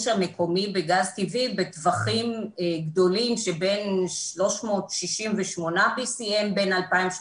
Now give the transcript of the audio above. המקומי בגז טבעי בטווחים גדולים שבין 368 BCM בין 2018